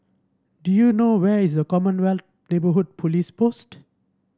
do you know where is Commonwealth Neighbourhood Police Post